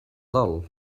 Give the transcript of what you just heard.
dol